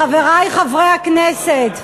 חברי חברי הכנסת,